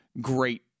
great